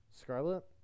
Scarlet